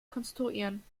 konstruieren